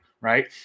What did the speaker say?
right